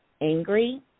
angry